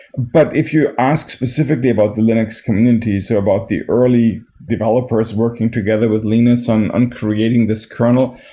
but if you ask specifically about the linux community, so about the early developers working together with linux on on creating this kernel,